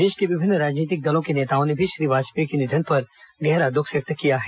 देश के विभिन्न राजनीतिक दलों के नेताओं ने भी श्री वाजपेयी के निधन पर गहरा द्ख व्यक्त किया है